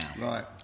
Right